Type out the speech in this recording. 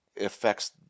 affects